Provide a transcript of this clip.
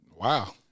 Wow